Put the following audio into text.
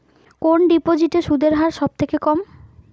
কোন ডিপোজিটে সুদের হার সবথেকে কম?